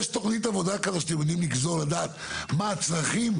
יש תוכנית עבודה כזאת שאתם יותר לגזור ולדעת מה הצרכים?